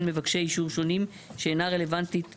מבקשי אישור שונים שאינה רלוונטית לדרישה".